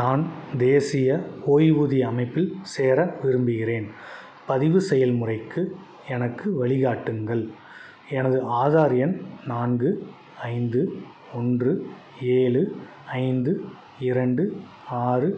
நான் தேசிய ஓய்வூதிய அமைப்பில் சேர விரும்புகிறேன் பதிவு செயல்முறைக்கு எனக்கு வழிகாட்டுங்கள் எனது ஆதார் எண் நான்கு ஐந்து ஒன்று ஏழு ஐந்து இரண்டு ஆறு